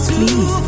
Please